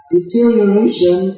Deterioration